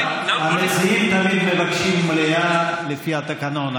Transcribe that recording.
המציעים תמיד מבקשים מליאה לפי התקנון,